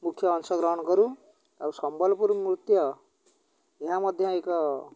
ମୁଖ୍ୟ ଅଂଶ ଗ୍ରହଣ କରୁ ଆଉ ସମ୍ବଲପୁର ନୃତ୍ୟ ଏହା ମଧ୍ୟ ଏକ